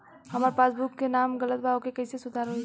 हमार पासबुक मे नाम गलत बा ओके कैसे सुधार होई?